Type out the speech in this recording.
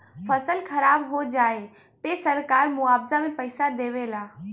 फसल खराब हो जाये पे सरकार मुआवजा में पईसा देवे ला